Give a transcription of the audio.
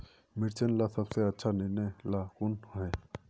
मिर्चन ला सबसे अच्छा निर्णय ला कुन होई?